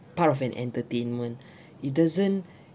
part of an entertainment it doesn't